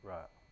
Right